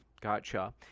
Gotcha